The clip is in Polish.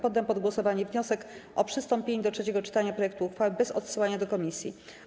Poddam pod głosowanie wniosek o przystąpienie do trzeciego czytania projektu uchwały bez odsyłania do komisji.